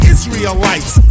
Israelites